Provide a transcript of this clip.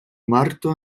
marto